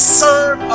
serve